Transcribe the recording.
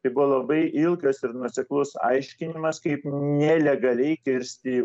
tai buvo labai ilgas ir nuoseklus aiškinimas kaip nelegaliai kirsti